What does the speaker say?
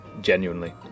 genuinely